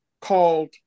called